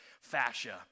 fascia